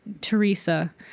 Teresa